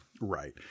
Right